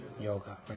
Yoga